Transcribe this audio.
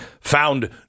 found